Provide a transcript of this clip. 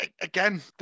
again